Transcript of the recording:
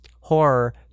horror